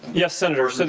yes, senator. so